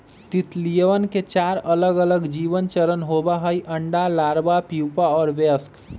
तितलियवन के चार अलगअलग जीवन चरण होबा हई अंडा, लार्वा, प्यूपा और वयस्क